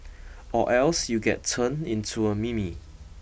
or else you get turned into a meme